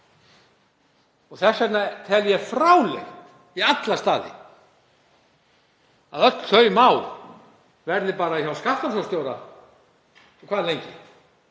Þess vegna tel ég fráleitt í alla staði að öll þau mál verði bara hjá skattrannsóknarstjóra. Hvað lengi?